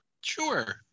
Sure